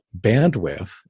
bandwidth